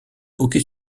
hockey